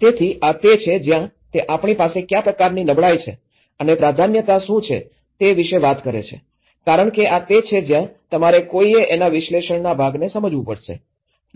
તેથી આ તે છે જ્યાં તે આપણી પાસે કયા પ્રકારની નબળાઈ છે અને પ્રાધાન્યતા શું છે તે વિશે વાત કરે છે કારણ કે આ તે છે જ્યાં તમારે કોઈએ એના વિશ્લેષણના ભાગને સમજવું પડશે